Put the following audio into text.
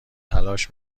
تلاش